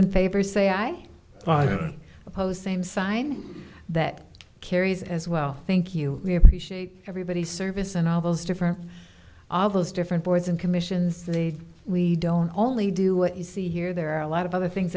in favor say aye but oppose same sign that carries as well thank you we appreciate everybody's service and all those different all those different boards and commissions we don't only do what you see here there are a lot of other things